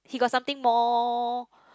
he got something more